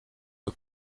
que